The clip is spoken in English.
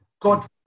God